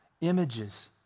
images